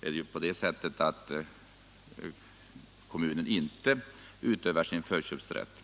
är det ju på det sättet att kommunen inte utnyttjar sin förköpsrätt.